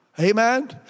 Amen